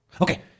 Okay